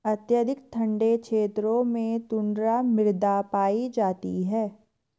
अत्यधिक ठंडे क्षेत्रों में टुण्ड्रा मृदा पाई जाती है